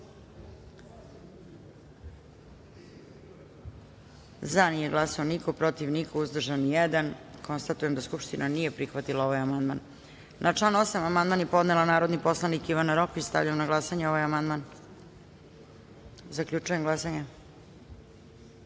glasanje: za – niko, protiv – niko, uzdržan – jedan. Konstatujem da Skupština nije prihvatila ovaj amandman. Na član 8. amandman je podnela narodni poslanik Ivana Rokvić. Stavljam na glasanje ovaj amandman. Zaključujem glasanje: